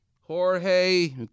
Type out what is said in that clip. Jorge